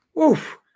Oof